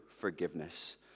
forgiveness